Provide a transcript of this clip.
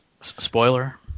spoiler